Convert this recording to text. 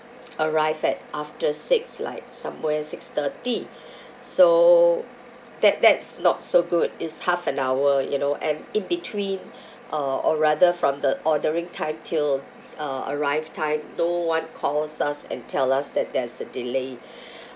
arrived at after six like somewhere six thirty so that that's not so good it's half an hour you know and in between uh or rather from the ordering time till uh arrived time no one calls us and tell us that there's a delay